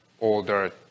older